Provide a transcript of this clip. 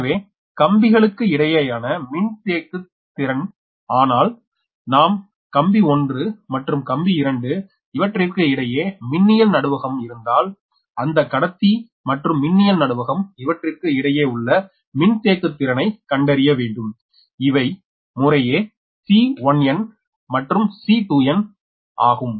எனவே இது கம்பிகளுக்கு இடையேயான மின்தேக்குத் திறன் ஆனால் நாம் கம்பி 1 மற்றும் கம்பி 2 இவற்றிற்கு இடையே மின்னியல் நடுவகம் இருந்தால் அந்த கடத்தி மற்றும் மின்னியல் நடுவகம் இவற்றிற்கு இடையே உள்ள மின்தேக்குத் திறனை கண்டறிய வேண்டும் இவை முறையே C1n and C2n ஆகும்